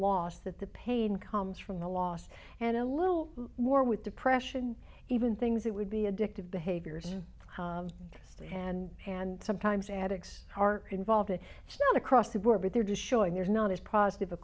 loss that the pain comes from the loss and a little more with depression even things that would be addictive behaviors and and sometimes addicts are involved it across the board but they're just showing there's not as profit